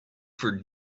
for